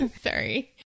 Sorry